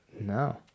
No